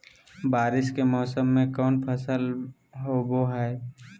बारिस के मौसम में कौन फसल होबो हाय?